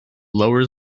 lowers